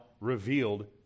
revealed